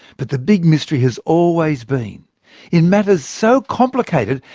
but the big mystery has always been in matters so complicated,